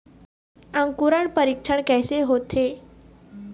अंकुरण परीक्षण कैसे होथे?